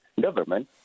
government